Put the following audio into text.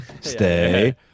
stay